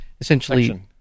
essentially